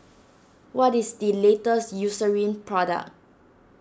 what is the latest Eucerin product